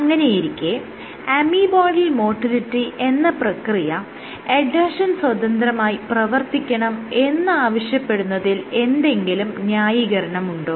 അങ്ങനെയിരിക്കെ amoeboidal motility എന്ന പ്രക്രിയ എഡ്ഹെഷൻ സ്വതന്ത്രമായി പ്രവർത്തിക്കണം എന്ന് ആവശ്യപ്പെടുന്നതിൽ എന്തെങ്കിലും ന്യായീകരണമുണ്ടോ